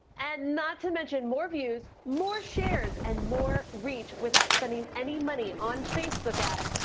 and not to mention more views, more shares and more reach without spending any money on facebook ads,